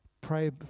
Pray